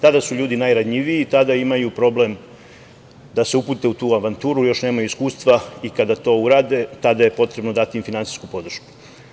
Tada su ljudi najranjiviji i tada imaju problem da se upute u tu avanturu, još nemaju iskustva i kada to urade tada je potrebno dati finansijsku podršku.